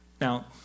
Now